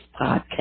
podcast